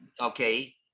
okay